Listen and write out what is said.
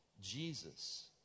Jesus